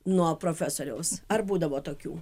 nuo profesoriaus ar būdavo tokių